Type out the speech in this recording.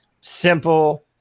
simple